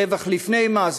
רווח לפני מס,